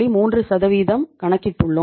3 கணக்கிட்டுள்ளோம்